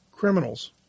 criminals